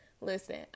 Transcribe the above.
listen